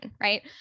right